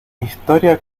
historia